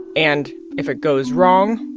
and if it goes wrong,